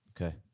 Okay